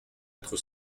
être